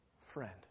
friend